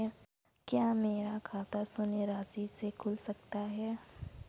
क्या मेरा खाता शून्य राशि से खुल सकता है?